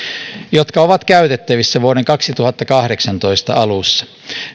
jotka ovat käytettävissä vuoden kaksituhattakahdeksantoista alussa